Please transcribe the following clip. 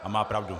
A má pravdu.